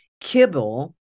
kibble